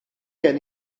gen